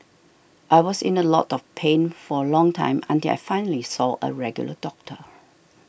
I was in a lot of pain for a long time until I finally saw a regular doctor